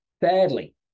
Thirdly